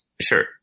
sure